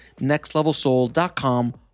nextlevelsoul.com